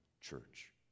church